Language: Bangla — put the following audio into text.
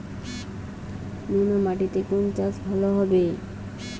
নোনা মাটিতে কোন চাষ ভালো হবে?